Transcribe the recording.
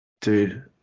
Dude